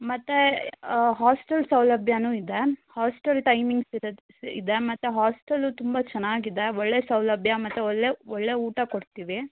ಮತ್ತು ಹಾಸ್ಟೆಲ್ ಸೌಲಭ್ಯನೂ ಇದೆ ಹಾಸ್ಟೆಲ್ ಟೈಮಿಂಗ್ಸ್ ಇರೊದು ಇದೆ ಮತ್ತು ಹಾಸ್ಟೆಲು ತುಂಬ ಚೆನಾಗಿದೆ ಒಳ್ಳೆಯ ಸೌಲಭ್ಯ ಮತ್ತು ಒಲ್ಲೆ ಒಳ್ಳೆಯ ಊಟ ಕೊಡ್ತೀವಿ